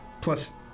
plus